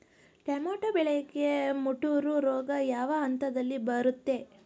Tomato ಬೆಳೆಗೆ ಮುಟೂರು ರೋಗ ಯಾವ ಹಂತದಲ್ಲಿ ಬರುತ್ತೆ?